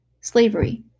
Slavery